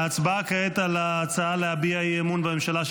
ההצבעה כעת היא על ההצעה להביע אי-אמון בממשלה,